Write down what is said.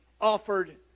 offered